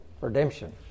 redemption